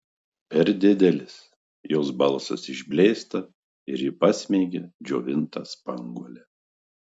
per didelis jos balsas išblėsta ir ji pasmeigia džiovintą spanguolę